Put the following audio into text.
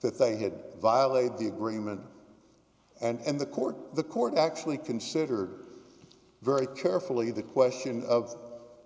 that they had violated the agreement and the court the court actually considered very carefully the question of